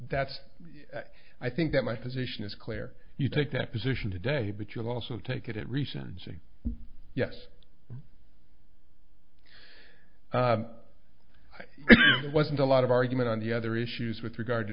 that's i think that my position is clear you take that position today but you also take it recency yes i wasn't a lot of argument on the other issues with regard to